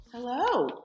Hello